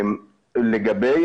לגבי